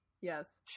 yes